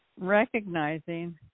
recognizing